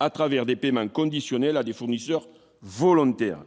à travers des paiements conditionnels à des fournisseurs volontaire,